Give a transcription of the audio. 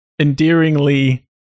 endearingly